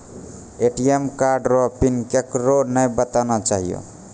ATM card रो pin code केकरै नाय बताना चाहियो